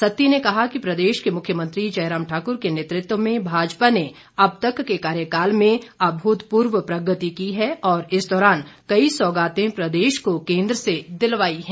सत्ती ने कहा कि प्रदेश के मुख्यमंत्री जयराम ठाकुर के नेतृत्व में भाजपा ने अब तक के कार्यकाल में अभूतपूर्व प्रगति की है और इस दौरान कई सौगाते प्रदेश को केंद्र से दिलवाई है